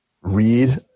Read